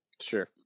Sure